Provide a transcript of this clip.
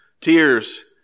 tears